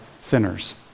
sinners